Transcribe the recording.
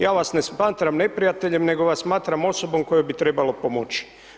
Ja vas ne smatram neprijateljem nego vas smatram osobom kojoj bi trebalo pomoći.